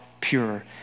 pure